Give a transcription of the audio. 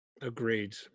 agreed